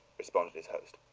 responded his host.